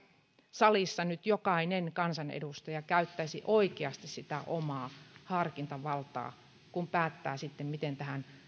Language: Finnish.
salissa nyt jokainen kansanedustaja käyttäisi oikeasti sitä omaa harkintavaltaa kun päättää sitten miten tähän